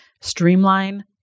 streamline